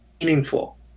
meaningful